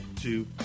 Two